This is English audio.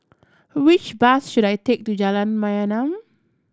which bus should I take to Jalan Mayaanam